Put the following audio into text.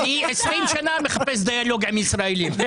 20 שנה אני מחפש דיאלוג עם ישראלים.